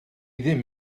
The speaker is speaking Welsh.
ddim